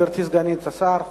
גברתי סגנית שר התמ"ת,